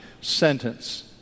sentence